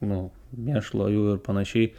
nu mėšlo jų ir panašiai